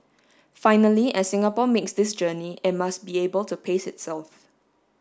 finally as Singapore makes this journey it must be able to pace itself